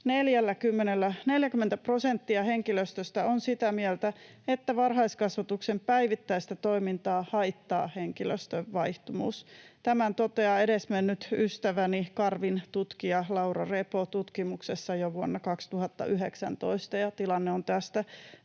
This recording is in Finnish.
40 prosenttia henkilöstöstä on sitä mieltä, että varhaiskasvatuksen päivittäistä toimintaa haittaa henkilöstön vaihtuvuus. Tämän toteaa edesmennyt ystäväni, Karvin tutkija Laura Repo tutkimuksessa jo vuonna 2019, ja tilanne on tästä